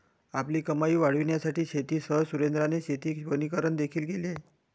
आपली कमाई वाढविण्यासाठी शेतीसह सुरेंद्राने शेती वनीकरण देखील केले